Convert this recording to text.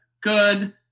good